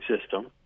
system